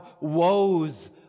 woes